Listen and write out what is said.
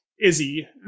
Izzy